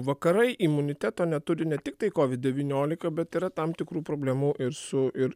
vakarai imuniteto neturi ne tiktai covid devyniolika bet yra tam tikrų problemų ir su ir